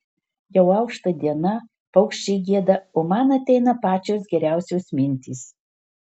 jau aušta diena paukščiai gieda o man ateina pačios geriausios mintys